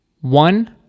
One